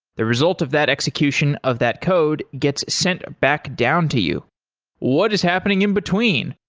the result of that execution of that code gets sent back down to you what is happening in between?